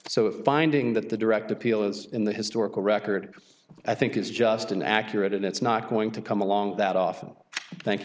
a finding that the direct appeal is in the historical record i think is just an accurate and it's not going to come along that often thank